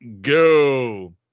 go